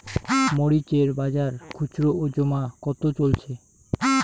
মরিচ এর বাজার খুচরো ও জমা কত চলছে?